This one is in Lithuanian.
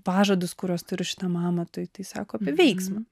pažadus kuriuos turiu šitam amatui tai sako apie veiksmą